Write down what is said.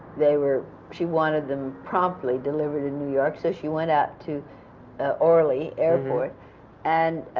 they were she wanted them promptly delivered in new york, so she went out to ah orly airport and